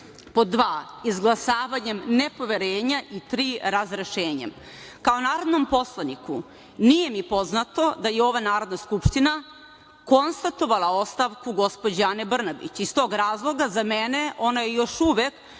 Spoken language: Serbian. izglasavanjem nepoverenja i tri razrešenjem. Kao narodnom poslaniku nije mi poznato da je ova Narodna skupština konstatovala ostavku gospođe Ane Brnabić. Iz to razloga za mene ona je još uvek